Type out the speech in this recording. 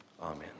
amen